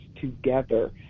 together